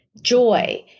joy